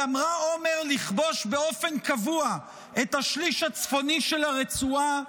גמרה אומר לכבוש באופן קבוע את השליש הצפוני של הרצועה,